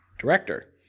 director